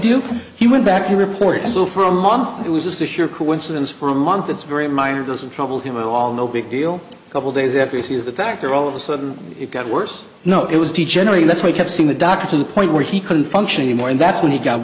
do he went back to report as well for a month it was just the sheer coincidence for a month it's very minor doesn't trouble him at all no big deal a couple days after his attacker all of a sudden it got worse no it was to generate that's why i kept seeing the doctor to the point where he couldn't function anymore and that's when he got